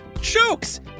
jokes